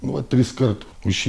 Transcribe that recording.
nuo triskart už šį